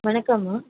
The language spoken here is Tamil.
வணக்கம்மா